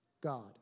God